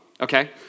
okay